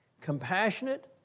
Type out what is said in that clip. compassionate